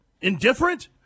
indifferent